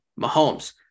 Mahomes